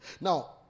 Now